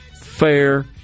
fair